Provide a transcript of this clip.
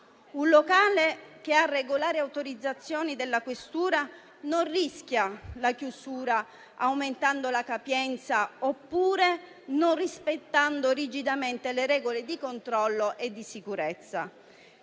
Un locale che ha regolari autorizzazioni della questura non rischia la chiusura aumentando la capienza oppure non rispettando rigidamente le regole di controllo e di sicurezza.